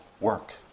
work